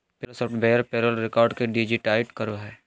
payroll software payroll record के digitise करो हइ